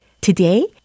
Today